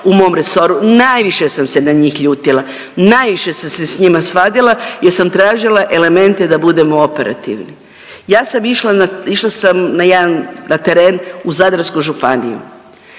u mom resoru. Najviše sam se na njih ljutila, najviše sam se s njima svadila jer sam tražila elemente da budemo operativni. Ja sam išla na, išla sam na